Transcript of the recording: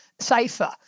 safer